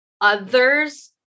others